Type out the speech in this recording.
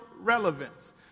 relevance